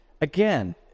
Again